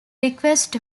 request